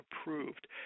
approved